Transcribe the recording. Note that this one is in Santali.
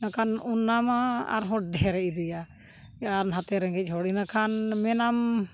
ᱢᱮᱱᱠᱷᱟᱱ ᱚᱱᱟᱢᱟ ᱟᱨᱦᱚᱸ ᱰᱷᱮᱨᱮ ᱤᱫᱤᱭᱟ ᱟᱨ ᱱᱟᱛᱮ ᱨᱮᱸᱜᱮᱡ ᱦᱚᱲ ᱤᱱᱟᱹᱠᱷᱟᱱ ᱢᱮᱱᱟᱢ